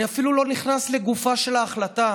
אני אפילו לא נכנס לגופה של ההחלטה,